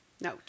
No